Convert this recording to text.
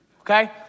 okay